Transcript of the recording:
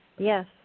Yes